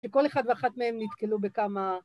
שכל אחד ואחת מהם נתקלו בכמה...